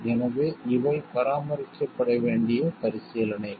எனவே இவை பராமரிக்கப்பட வேண்டிய பரிசீலனைகள்